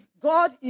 God